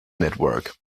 network